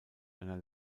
einer